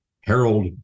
Harold